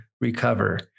recover